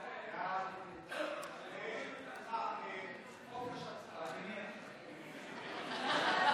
ההצעה להעביר את הצעת חוק הגנת הצרכן (תיקון,